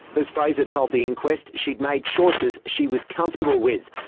ms fraser told the inquest she'd made choices she was comfortable with.